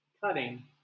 cutting